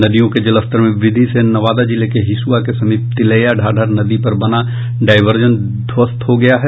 नदियों के जलस्तर में वृद्धि से नवादा जिले के हिसुआ के समीप तिलैया ढाढर नदी पर बना डायवर्जन ध्वस्त हो गया है